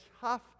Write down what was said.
tough